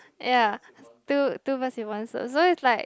ya two two birds in one stone so is like